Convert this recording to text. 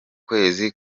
kwezi